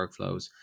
workflows